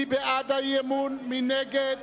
מי בעד האי-אמון, מי נגד?